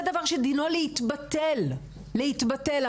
זה דבר שדינו להתבטל, להתבטל.